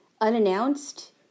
unannounced